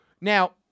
Now